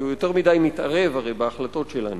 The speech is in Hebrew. כי הרי הוא יותר מתערב בהחלטות שלנו.